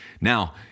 Now